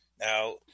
Now